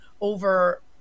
over